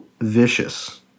vicious